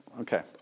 Okay